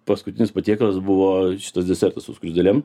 paskutinis patiekalas buvo šitas desertas su skruzdėlėm